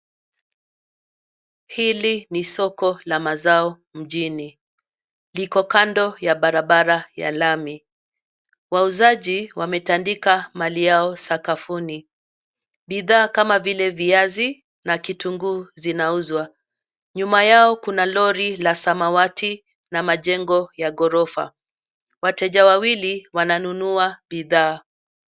Hili ni soko la mazao mjini, liko kando ya barabara ya lami. Wauuzaji wametandika mali yao sakafuni. Bidhaa kama vile viazi na kitunguu zinauzwa. Nyuma yao kuna lori la samawati na majengo ya ghorofa. Wateja wawili wananunua bidhaa.